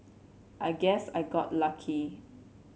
I guess I got lucky